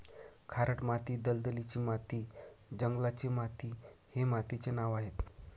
खारट माती, दलदलीची माती, जंगलाची माती हे मातीचे नावं आहेत